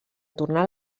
tornar